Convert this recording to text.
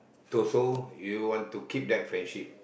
to so you want to keep that friendship